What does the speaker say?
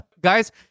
Guys